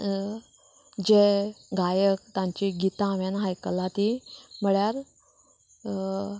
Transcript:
जे गायक तांची गितां हांवेन आयकलां तीं म्हळ्यार